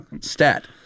Stat